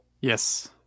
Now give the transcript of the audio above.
yes